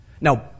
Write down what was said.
Now